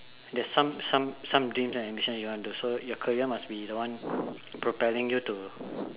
there's some some some dreams and ambition you want to do so your career must be the one propelling you to